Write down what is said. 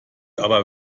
aber